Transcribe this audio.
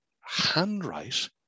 handwrite